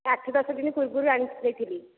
ଆଠ ଦଶ ଦିନ ପୂର୍ବରୁ ଆଣିକି ଦେଇଥିଲି